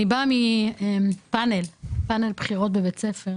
אני באה מפנל בחירות בבית ספר.